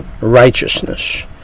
righteousness